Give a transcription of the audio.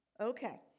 Okay